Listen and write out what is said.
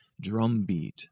drumbeat